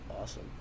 awesome